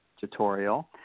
tutorial